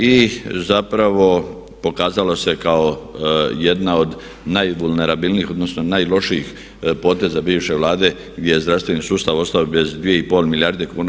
I zapravo pokazala se kao jedna od najvulnerabilnijih odnosno najlošijih poteza bivše Vlade gdje je zdravstveni sustav ostao bez 2,5 milijarde kuna.